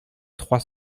trois